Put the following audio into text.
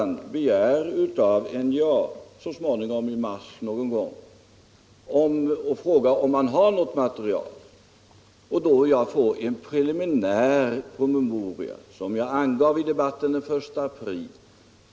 När jag i mars någon gång frågar NJA-ledningen om den har något material beträffande kostnaderna får jag en preliminär promemoria, vilket jag angav i debatten den 1 april.